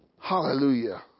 Hallelujah